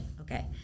Okay